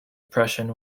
prussian